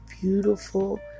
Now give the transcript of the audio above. beautiful